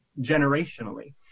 generationally